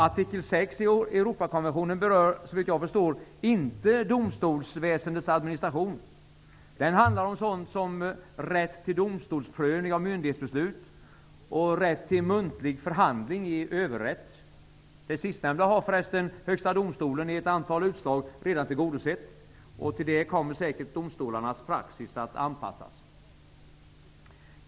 Artikel 6 i Europakonventionen berör, såvitt jag förstår, inte domstolsväsendets administration. Den handlar om sådant som rätt till domstolsprövning av myndighetsbeslut och rätt till muntlig förhandling i överrätt. Det sistnämnda har förresten Högsta domstolen i ett antal utslag redan tillgodosett, och till det kommer säkert domstolarnas praxis att anpassas.